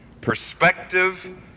perspective